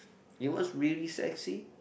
you know what's really sexy